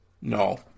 no